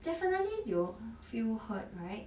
definitely you will feel hurt right